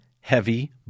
heavy